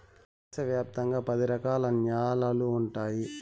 దేశ వ్యాప్తంగా పది రకాల న్యాలలు ఉన్నాయి